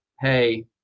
Hey